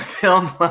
Film